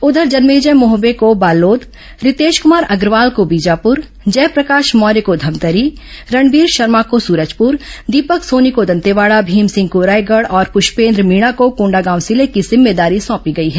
उधर जन्मेजय मोहबे को बालोद रितेश कुमार अग्रवाल को बीजापुर जयप्रकाश मौर्य को धमतरी रणबीर शर्मा को सूरजपुर दीपक सोनी को दंतेवाड़ा भीम सिंह को रायगढ़ और पूष्पेन्द्र मीणा को कोंडागांव जिले की जिम्मेदारी सौंपी गई है